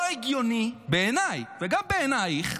לא הגיוני, בעיניי וגם בעינייך,